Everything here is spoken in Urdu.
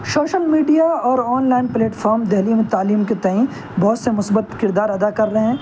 شوشل میڈیا اور آنلائن پلیٹفام دہلی میں تعلیم کے تئیں بہت سے مثبت کردار ادا کر رہے ہیں